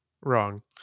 wrong